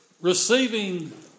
receiving